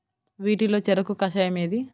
వీటిలో చెరకు కషాయం ఏది?